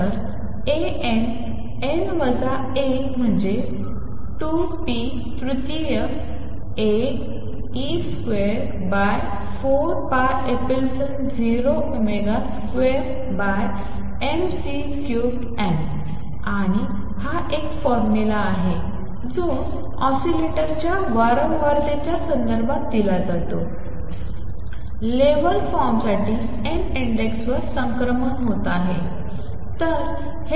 तर a n n वजा 1 म्हणजे 2 p तृतीय e square by 4 pi epsilon 0 omega square by m C cubed n आणि हा एक फॉर्म्युला आहे जो ऑसिलेटरच्या वारंवारतेच्या संदर्भात दिला जातो लेव्हल फॉर्मसाठी n इंडेक्स वर संक्रमण होत आहे